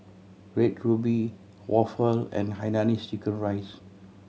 Red Ruby waffle and hainanese chicken rice